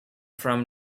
from